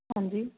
ਹਾਂਜੀ